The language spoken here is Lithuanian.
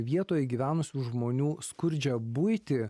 vietoje gyvenusių žmonių skurdžią buitį